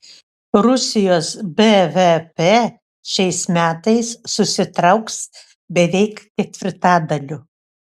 rusijos bvp šiais metais susitrauks beveik ketvirtadaliu